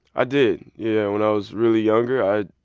i did. yeah, when i was really younger, i,